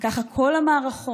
וככה כל המערכות,